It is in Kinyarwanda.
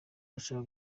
bashaka